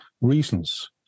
reasons